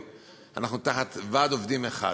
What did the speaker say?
ואנחנו תחת ועד עובדים אחד,